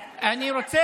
רגע,